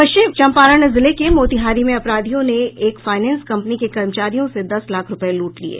पश्चिम चंपारण जिले के मोतिहारी में अपराधियों ने एक फायनेंस कंपनी के कर्मचारियों से दस लाख रूपये लूट लिये